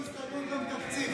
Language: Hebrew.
אולי נאשר לו בהסתייגות גם תקציב.